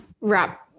wrap